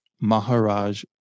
Maharaj